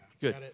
Good